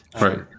right